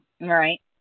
Right